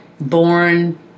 born